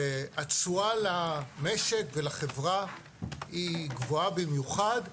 התשואה למשק ולחברה היא גבוהה במיוחד,